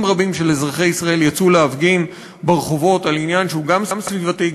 רבים של אזרחי ישראל יצאו להפגין ברחובות על עניין שהוא גם סביבתי,